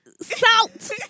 Salt